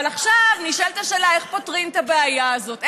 אבל עכשיו נשאלת השאלה: איך פותרים את הבעיה הזאת?